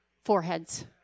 foreheads